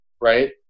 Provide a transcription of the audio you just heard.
Right